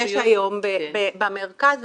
יש היום במרכז ובצפון,